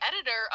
editor